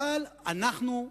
אבל אנחנו,